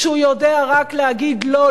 כשהוא יודע רק להגיד לא,